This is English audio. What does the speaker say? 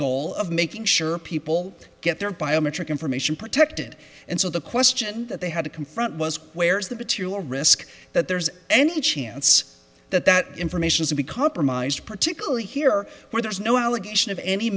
goal of making sure people get their biometric information protected and so the question that they had to confront was where's the material risk that there's any chance that that information is to be compromised particularly here where there's no allegation of any